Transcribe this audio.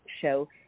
show